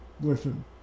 listen